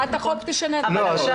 אבל הצעת החוק תשנה --- נכון.